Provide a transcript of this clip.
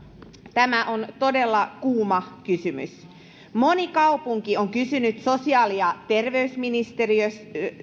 tämä on todella kuuma kysymys moni kaupunki on kysynyt sosiaali ja terveysministeriöltä